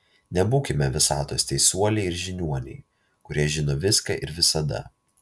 nebūkime visatos teisuoliai ir žiniuoniai kurie žino viską ir visada